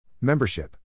Membership